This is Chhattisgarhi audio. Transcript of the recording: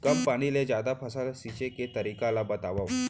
कम पानी ले जादा फसल सींचे के तरीका ला बतावव?